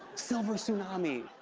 silver tsunami,